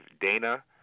Dana